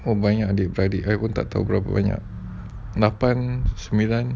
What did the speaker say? oh banyak adik beradik I pun tak tahu berapa banyak lapan sembilan